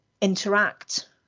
interact